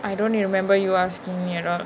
I don't remember you asking me at all